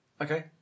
okay